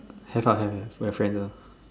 have ah have have have we have friends ah